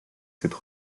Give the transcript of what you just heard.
cette